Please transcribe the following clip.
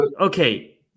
okay